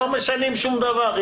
לא משנים שום דבר.